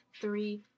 three